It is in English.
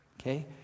okay